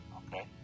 okay